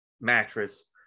mattress